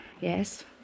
yes